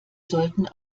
sollten